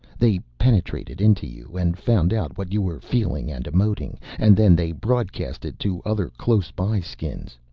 they penetrated into you and found out what you were feeling and emoting, and then they broadcast it to other closeby skins,